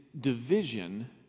division